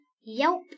Yelp